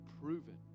proven